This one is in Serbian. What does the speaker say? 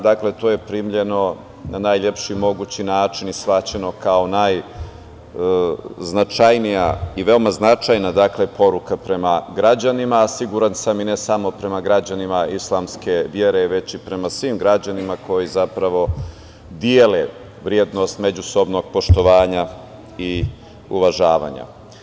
Dakle, to je primljeno na najlepši mogući način i shvaćeno kao najznačajnija i veoma značajna poruka prema građanima, a siguran sam i ne samo prema građanima islamske vere, već i prema svim građanima koji dele vrednost međusobnog poštovanja i uvažavanja.